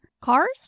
cars